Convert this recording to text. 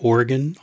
Oregon